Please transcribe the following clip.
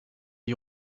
die